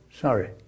sorry